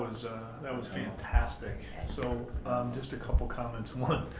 that was fantastic, so just a couple comments. one,